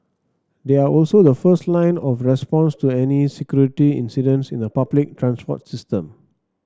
they are also the first line of response to any security incidents in the public transport system